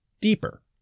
deeper